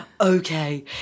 okay